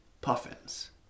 puffins